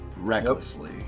recklessly